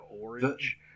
orange